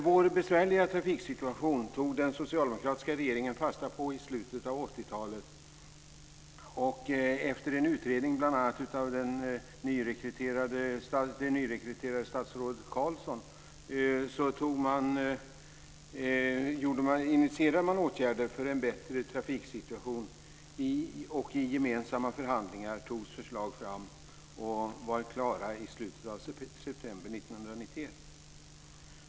Vår besvärliga trafiksituation tog den socialdemokratiska regeringen fasta på i slutet av 80-talet, och efter en utredning av bl.a. det nyrekryterade statsrådet Karlsson initierade man åtgärder för en bättre trafiksituation. I gemensamma förhandlingar togs förslag fram, och de var klara i slutet av september 1991.